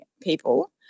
people